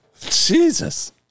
Jesus